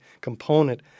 component